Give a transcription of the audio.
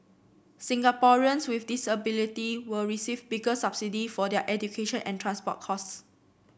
Singaporeans with disability will receive bigger subsidy for their education and transport costs